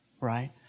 right